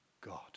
God